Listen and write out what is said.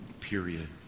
Period